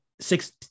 six